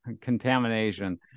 contamination